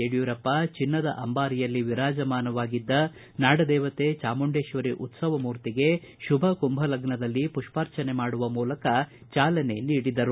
ಯಡಿಯೂರಪ್ಪ ಚಿನ್ನದ ಅಂಬಾರಿಯಲ್ಲಿ ವಿರಾಜಮಾನವಾಗಿದ್ದ ನಾಡದೇವತೆ ಚಾಮುಂಡೇಶ್ವರಿ ಉತ್ಸವ ಮೂರ್ತಿಗೆ ಶುಭ ಕುಂಬ ಲಗ್ನದಲ್ಲಿ ಪುಷ್ಪಾರ್ಚನೆ ಮಾಡುವ ಮೂಲಕ ಚಾಲನೆ ನೀಡಿದರು